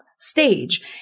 stage